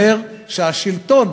אומר שהשלטון